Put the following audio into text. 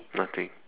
nothing